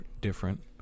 different